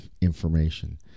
information